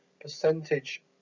percentage